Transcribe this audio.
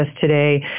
today